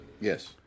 Yes